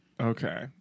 Okay